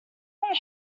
long